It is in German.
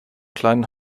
kleinen